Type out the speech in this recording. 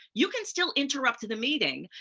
you can still interrupt to the meeting.